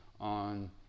on